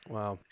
Wow